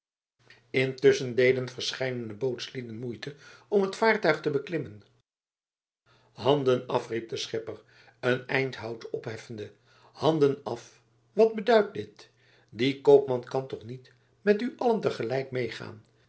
intusschen deden verscheidene bootslieden moeite om het vaartuig te beklimmen handen af riep de schipper een eind hout opheffende handen af wat beduidt dit die koopman kan toch niet met u allen te gelijk meegaan